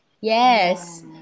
yes